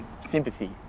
sympathy